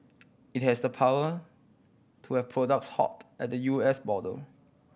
it has the power to have products halt at the U S border